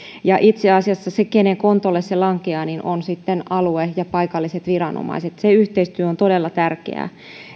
ja itse asiassa ne keiden kontolle se lankeaa ovat sitten alue ja paikalliset viranomaiset se yhteistyö on todella tärkeää